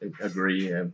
Agree